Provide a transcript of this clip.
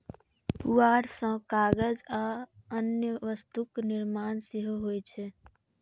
पुआर सं कागज आ अन्य वस्तुक निर्माण सेहो होइ छै